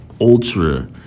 ultra